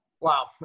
Wow